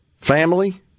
family